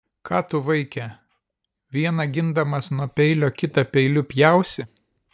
ką tu vaike vieną gindamas nuo peilio kitą peiliu pjausi